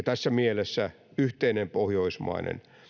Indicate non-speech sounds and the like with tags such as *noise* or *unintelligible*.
*unintelligible* tässä mielessä yhteinen pohjoismainen